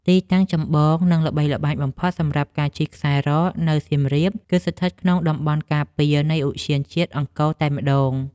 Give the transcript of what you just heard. ទីតាំងចម្បង និងល្បីល្បាញបំផុតសម្រាប់ការជិះខ្សែរ៉កនៅសៀមរាប គឺស្ថិតនៅក្នុងតំបន់ការពារនៃឧទ្យានជាតិអង្គរតែម្ដង។